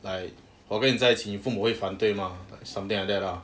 like 我跟你在一起你父母会反对吗 like something like that lah